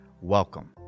welcome